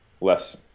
less